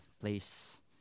place